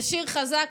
זה שיר חזק.